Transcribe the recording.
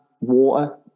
water